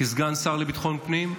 כסגן השר לביטחון הפנים,